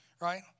Right